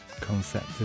concept